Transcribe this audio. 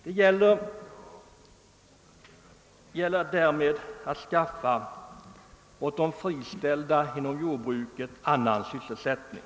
Det gäller därmed att skaffa de friställda inom jordbruket annan sysselsättning.